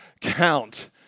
count